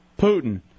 Putin